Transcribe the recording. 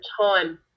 time